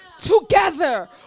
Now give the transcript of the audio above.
together